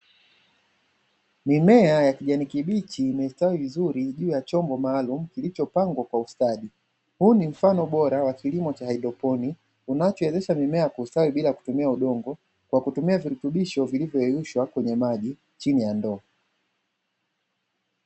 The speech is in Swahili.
Mimea ya kijani kibichi imestawi vizuri ndani ya chombo maalumu kilichopangwa kwa ustadi. Huu ni mfano bora wa kilimo cha haidroponi, unachowezesha mimea kustawi bila kutumia udongo kutumia virutubisho vilivyoyeyushwa kwenye maji chini ya ndoo.